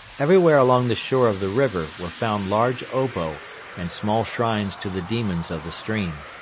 everywhere along the shore of the river were found large obo and small shrines to the demons of the stream.